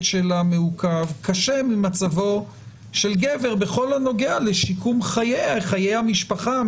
שלה מעוכב קשה ממצבו של גבר בכל הנוגע לשיקום חייה חיי המשפחה,